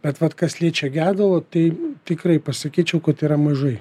bet vat kas liečia gedulą tai tikrai pasakyčiau kad yra mažai